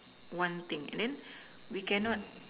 one thing and then we cannot